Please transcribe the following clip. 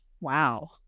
Wow